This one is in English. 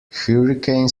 hurricane